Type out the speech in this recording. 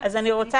לא אומרת